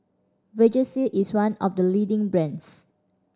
Vagisil is one of the leading brands